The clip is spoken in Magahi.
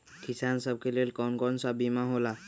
किसान सब के लेल कौन कौन सा बीमा होला?